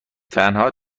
تنها